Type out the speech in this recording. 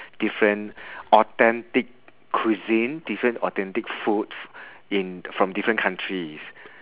different authentic cuisine different authentic food in from different countries